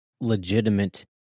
legitimate